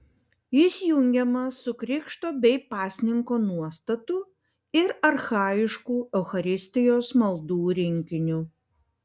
jis jungiamas su krikšto bei pasninko nuostatų ir archajiškų eucharistijos maldų rinkiniu